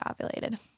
ovulated